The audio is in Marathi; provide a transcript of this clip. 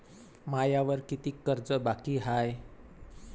मायावर कितीक कर्ज बाकी हाय?